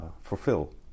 fulfill